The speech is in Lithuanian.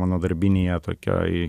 mano darbinėje tokioj